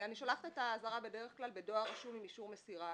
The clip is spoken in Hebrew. אני שולחת את האזהרה בדרך כלל בדואר רשום עם אישור מסירה.